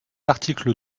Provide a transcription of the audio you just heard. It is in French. article